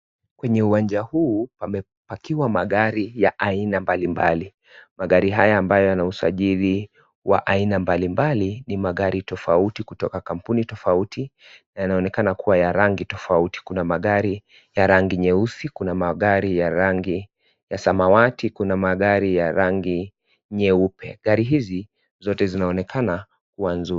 Kwenye uwanja huu ,pamepakiwa magari ya aina mbalimbali magari haya ambayo yana usajili wa aina mbalimbali ni magari tofauti kutoka kampuni tofauti ,yanaonekana kuwa ya rangi tofauti kuna magari ya rangi nyeusi kuna magari ya rangi ya samawati kuna magari ya rangi nyeupe ,gari hizi zote zinaonekana kuwa nzuri.